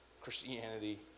Christianity